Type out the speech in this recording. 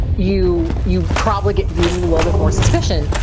you you probably get viewed with a little bit more suspicion.